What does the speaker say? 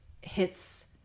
hits